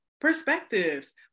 Perspectives